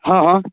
हँ हँ